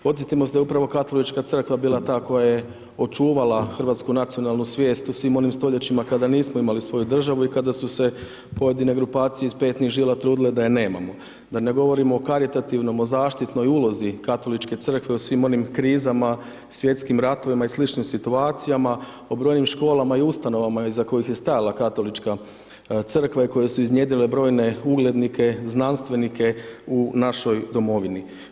Podsjetimo se da je upravo Katolička crkva bila ta koja je očuvala hrvatsku nacionalnu svijest u svim onim stoljećima kada nismo imali svoju državu i kada su se pojedine grupacije iz petnih žila trudile da je nemamo, da ne govorimo o karitativnom o zaštitnoj ulozi Katoličke crkve u svim onim krizama, svjetskim ratovima i sličnim situacijama, o brojnim školama i ustanovama iza kojih je stajala Katolička crkva i koje su iznjedrile brojne uglednike, znanstvenike u našoj domovini.